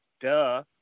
Duh